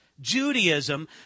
Judaism